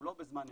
כולו בזמן אמת.